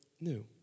new